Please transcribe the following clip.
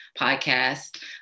podcast